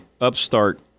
upstart